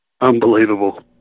unbelievable